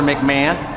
McMahon